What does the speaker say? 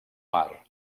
mar